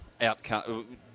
outcome